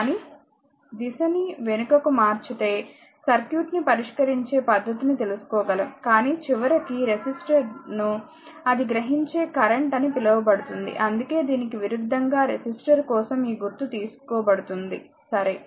కానీ దిశ ని వెనుకకు మార్చితే సర్క్యూట్ ని పరిష్కరించే పద్దతిని తెలుసుకోగలం కానీ చివరికి రెసిస్టర్ను అది గ్రహించే కరెంట్ అని పిలవడబుతుంది అందుకే దీనికి విరుద్ధంగా రెసిస్టర్ కోసం ఈ గుర్తు తీసుకోబడుతుంది సరే